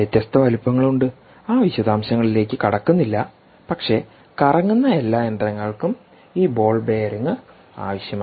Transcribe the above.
വ്യത്യസ്ത വലുപ്പങ്ങളുണ്ട് ആ വിശദാംശങ്ങളിലേക്ക് കടക്കുന്നില്ല പക്ഷേ കറങ്ങുന്ന എല്ലാ യന്ത്രങ്ങൾക്കും ഈ ബോൾ ബെയറിംഗുംആവശ്യമാണ്